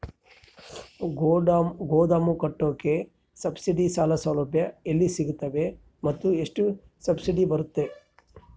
ಗೋದಾಮು ಕಟ್ಟೋಕೆ ಸಬ್ಸಿಡಿ ಸಾಲ ಸೌಲಭ್ಯ ಎಲ್ಲಿ ಸಿಗುತ್ತವೆ ಮತ್ತು ಎಷ್ಟು ಸಬ್ಸಿಡಿ ಬರುತ್ತೆ?